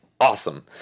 awesome